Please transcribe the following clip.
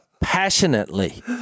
passionately